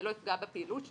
ולא יפגע בפעילות שלו,